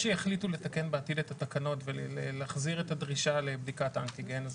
לתקן בעתיד את התקנות ולהחזיר את הדרישה לבדיקת אנטיגן אז